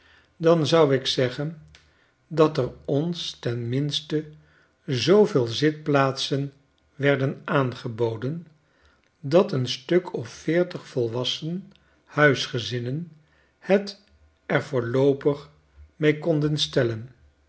dan zou ik zeggen dat er ons ten minste zooveel zitplaatsen werden aangeboden dat een stuk of veertig volwassen huisgezinnen het er voorloopig mee konden stellen